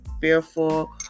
fearful